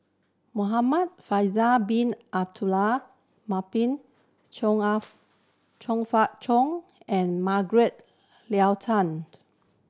Muhamad Faisal Bin Abdul Manap Chong Chong Fah Chong and Margaret Tan